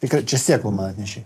tai ką čia sėklų man atnešei